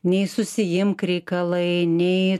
nei susiimk reikalai nei